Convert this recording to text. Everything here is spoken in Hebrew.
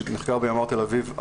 שנחקרה בימ"ר תל אביב,